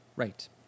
right